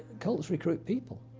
cults recruit people,